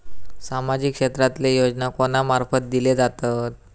सामाजिक क्षेत्रांतले योजना कोणा मार्फत दिले जातत?